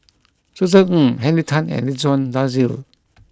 Josef Ng Henry Tan and Ridzwan Dzafir